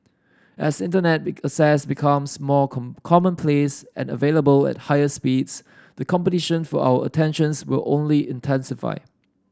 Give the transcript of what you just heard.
as Internet access becomes more commonplace and available at higher speeds the competition for our attentions will only intensify